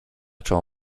czoło